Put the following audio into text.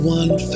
one